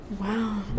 wow